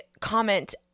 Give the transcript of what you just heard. comment